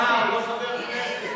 מסיים.